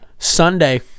Sunday